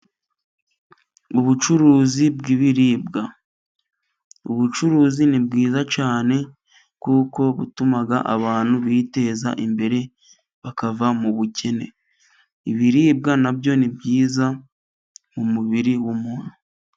Ubucuruzi bw'ibiribwa, ubucuruzi ni bwiza cyane, kuko butuma abantu biteza imbere bakava mu bukene, ibiribwa na byo ni byiza mu mubiri w'umuntu.